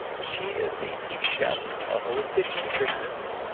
she is a tv chef, a holistic nutritionist,